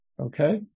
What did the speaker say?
Okay